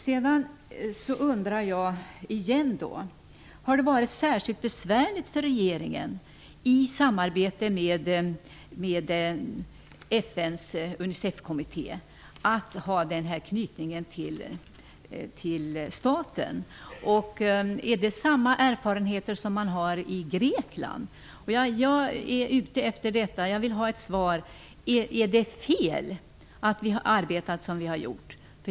Återigen undrar jag om det har varit särskilt besvärligt för regeringen att i samarbete med FN:s Unicefkommitté ha denna knytning till staten. Är erfarenheterna i Grekland desamma? Jag vill ha ett svar på frågan om det har varit fel att arbeta på det sätt som vi har gjort.